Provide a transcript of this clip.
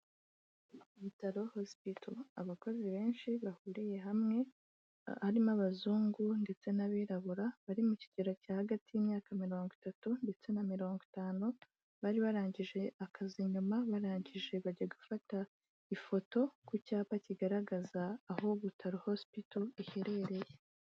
Butaro hospital abakozi benshi bahuriye hamwe harimo abazungu ndetse n'abirabura bari mu kigero cya hagati y'imyaka mirongo itatu ndetse na mirongo itanu, bari barangije akazi, nyuma barangije bajya gufata ifoto ku cyapa kigaragaza aho Butaro hospital iherereye.